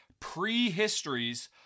Prehistories